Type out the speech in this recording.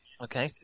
okay